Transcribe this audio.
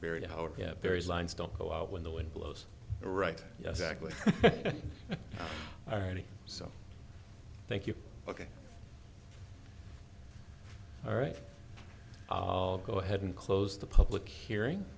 very very zines don't go out when the wind blows right yes exactly already so thank you ok all right go ahead and close the public hearing